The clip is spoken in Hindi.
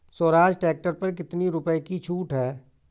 स्वराज ट्रैक्टर पर कितनी रुपये की छूट है?